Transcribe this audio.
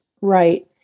right